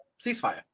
ceasefire